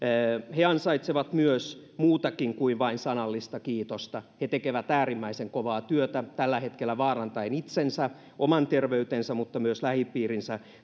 he ansaitsevat muutakin kuin vain sanallista kiitosta he tekevät äärimmäisen kovaa työtä tällä hetkellä vaarantaen itsensä oman terveytensä mutta myös lähipiirinsä